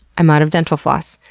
i'm out of dental floss.